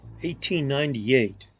1898